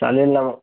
चालेल ना मग